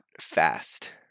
fast